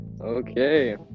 okay